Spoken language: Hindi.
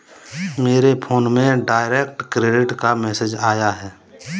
मेरे फोन में डायरेक्ट क्रेडिट का मैसेज आया है